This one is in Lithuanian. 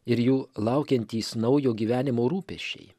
ir jų laukiantys naujo gyvenimo rūpesčiai